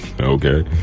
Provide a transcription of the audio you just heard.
okay